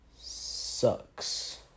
sucks